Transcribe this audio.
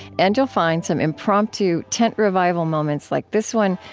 and you'll find some impromptu tent revival-moments like this one,